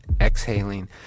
exhaling